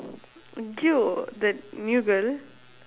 the new girl